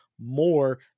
more